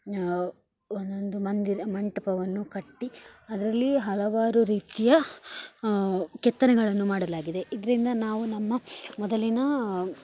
ಒಂದೊಂದು ಮಂದಿರ ಮಂಟಪವನ್ನು ಕಟ್ಟಿ ಅದ್ರಲ್ಲಿ ಹಲವಾರು ರೀತಿಯ ಕೆತ್ತನೆಗಳನ್ನು ಮಾಡಲಾಗಿದೆ ಇದರಿಂದ ನಾವು ನಮ್ಮ ಮೊದಲಿನ